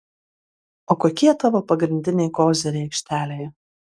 o kokie tavo pagrindiniai koziriai aikštelėje